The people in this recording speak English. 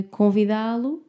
convidá-lo